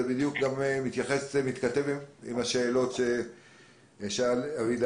זה בדיוק גם מתכתב עם השאלות ששאל חבר הכנסת